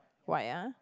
white ah